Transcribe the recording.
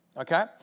okay